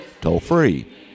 toll-free